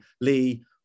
Lee